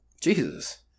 Jesus